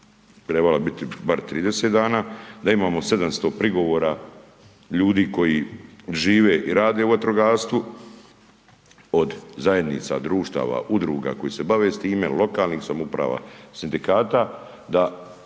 trebala bi biti bar 30 dana, da imamo 700 prigovora ljudi koji žive i rade u vatrogastvu od zajednica, društava, udruga koji se bave s time, lokalnih samouprava, sindikata da,